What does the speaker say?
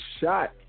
shot